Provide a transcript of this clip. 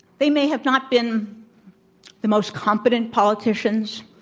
they may have not been the most competent politicians,